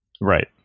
Right